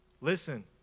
Listen